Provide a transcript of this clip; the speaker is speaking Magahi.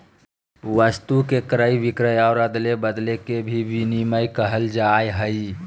वस्तु के क्रय विक्रय और अदले बदले के भी विनिमय कहल जाय हइ